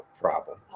problem